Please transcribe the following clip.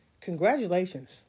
Congratulations